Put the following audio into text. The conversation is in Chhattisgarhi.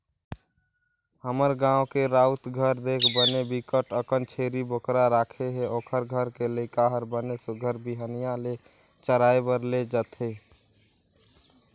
हमर गाँव के राउत घर देख बने बिकट अकन छेरी बोकरा राखे हे, ओखर घर के लइका हर बने सुग्घर बिहनिया ले चराए बर ले जथे